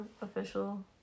Official